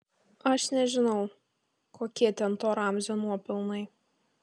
aš nežinau kokie ten to ramzio nuopelnai